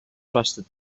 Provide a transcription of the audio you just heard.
trusted